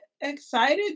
excited